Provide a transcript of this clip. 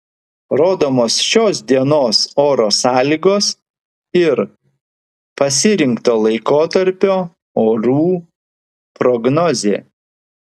rodomos šios dienos oro sąlygos ir pasirinkto laikotarpio orų prognozė